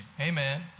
Amen